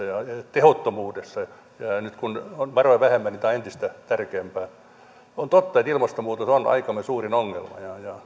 tehottomuudessa ja nyt kun on varoja vähemmän niin tämä on entistä tärkeämpää on totta että ilmastonmuutos on aikamme suurin ongelma